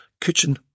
kitchen